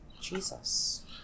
Jesus